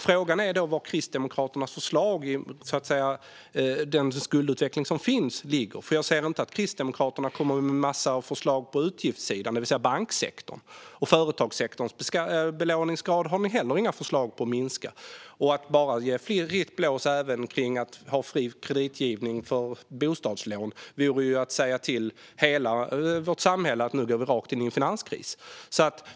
Frågan är då vad som är Kristdemokraternas förslag när det gäller skuldutvecklingen, för jag ser inte att Kristdemokraterna kommer med en massa förslag på utgiftssidan, det vill säga banksektorn. Företagssektorns belåningsgrad har ni heller inga förslag om att minska. Att bara ge fritt blås även till fri kreditgivning för bostadslån vore ju att säga till hela vårt samhälle att nu går vi rakt in i en finanskris.